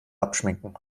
abschminken